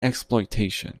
exploitation